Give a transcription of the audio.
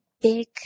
big